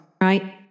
right